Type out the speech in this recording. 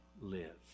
live